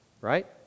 right